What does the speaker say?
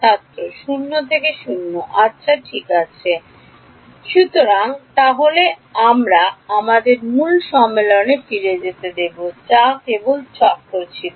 ছাত্র সুতরাং 0 0 আচ্ছা ঠিক আছে সুতরাং তাহলে আমরা আমাদের মূল সম্মেলনে ফিরে যেতে দেব যা কেবল চক্র ছিল